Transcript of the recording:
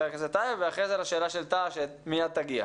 הכנסת טייב ואחרי זה לשאלה של טאהא שמייד תגיע.